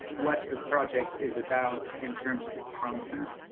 what the project is about in terms of its content.